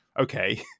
okay